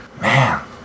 Man